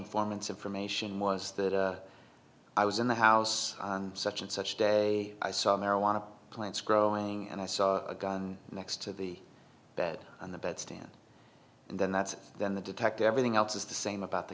informants information was that i was in the house such and such day i saw marijuana plants growing and i saw a gun next to the bed on the bed stand and then that's when the detective everything else is the same about the